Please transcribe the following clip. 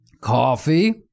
Coffee